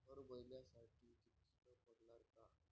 हर महिन्यासाठी किस्त पडनार का?